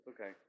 Okay